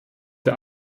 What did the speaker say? der